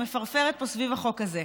מפרפרת סביב החוק הזה.